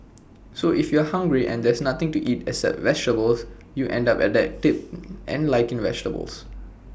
so if you are hungry and there's nothing to eat except vegetables you end up adapting and liking vegetables